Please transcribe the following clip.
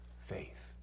faith